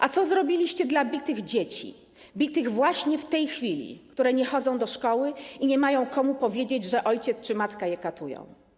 A co zrobiliście dla bitych dzieci, bitych właśnie w tej chwili, które nie chodzą do szkoły i nie mają komu powiedzieć, że ojciec czy matka je katują?